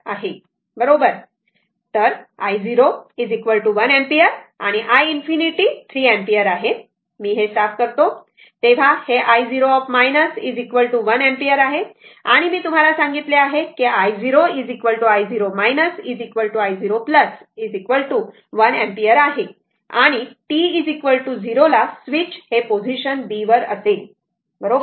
तर i0 1 ampere आणि i ∞ 3 ampere आहे आणि मी ते साफ करतो तर हे i0 1 एम्पिअर आहे आणि मी तुम्हाला सांगितले आहे i0 i0 i0 1 एम्पिअर आहे आणि t 0 ला स्विच हे पोझिशन बी वर असेल बरोबर